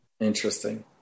Interesting